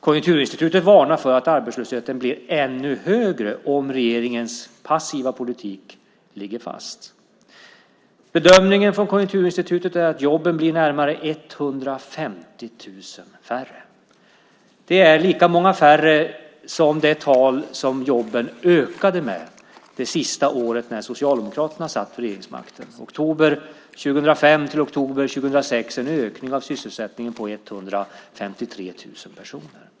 Konjunkturinstitutet varnar för att arbetslösheten blir ännu högre om regeringens passiva politik ligger fast. Bedömningen från Konjunkturinstitutet är att jobben blir närmare 150 000 färre. Det är lika många färre som det antal jobben ökade med det sista året Socialdemokraterna satt vid regeringsmakten, oktober 2005-oktober 2006, en ökning av sysselsättningen på 153 000 personer.